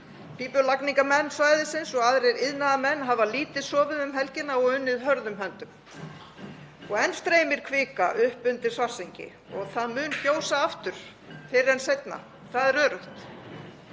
Pípulagningamenn svæðisins og aðrir iðnaðarmenn hafa lítið sofið um helgina og unnið hörðum höndum og enn streymir kvika upp undir Svartsengi og það mun gjósa aftur fyrr en seinna. Það er öruggt.